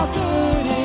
good